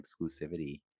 exclusivity